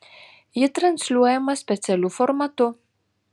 ji transliuojama specialiu formatu